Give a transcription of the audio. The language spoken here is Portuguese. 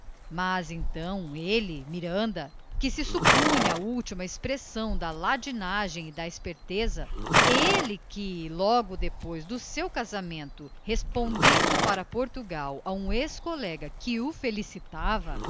mas então ele miranda que se supunha a última expressão da ladinagem e da esperteza ele que logo depois do seu casamento respondendo para portugal a um ex-colega que o felicitava